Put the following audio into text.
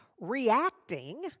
reacting